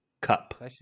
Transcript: Cup